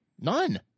none